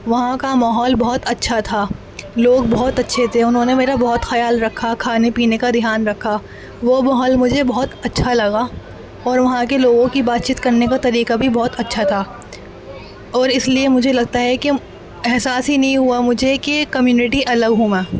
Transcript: وہاں کا ماحول بہت اچھا تھا لوگ بہت اچھے تھے انہوں نے میرا بہت خیال رکھا کھانے پینے کا دھیان رکھا وہ ماحول مجھے بہت اچھا لگا اور وہاں کے لوگوں کی بات چیت کرنے کا طریقہ بھی بہت اچھا تھا اور اس لیے مجھے لگتا ہے کہ احساس ہی نہیں ہوا مجھے کہ کمیونٹی الگ ہوں میں